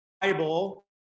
Bible